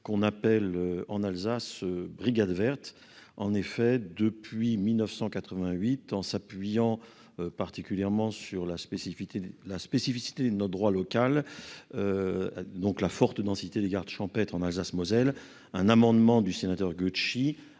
qu'on appelle en Alsace brigades vertes, en effet, depuis 1988 en s'appuyant particulièrement sur la spécificité, la spécificité de notre droit local, donc la forte densité des gardes champêtre en Alsace Moselle, un amendement du sénateur Goetschi,